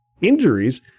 injuries